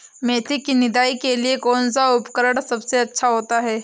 मेथी की निदाई के लिए कौन सा उपकरण सबसे अच्छा होता है?